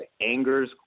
angers